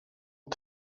den